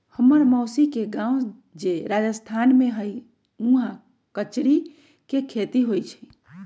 हम्मर मउसी के गाव जे राजस्थान में हई उहाँ कचरी के खेती होई छई